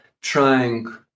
trying